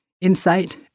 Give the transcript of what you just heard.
insight